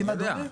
אני יודע.